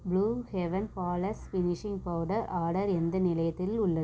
blue Heaven flawless finishing powder order எந்த நிலையத்தில் உள்ள